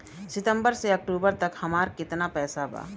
सितंबर से अक्टूबर तक हमार कितना पैसा बा?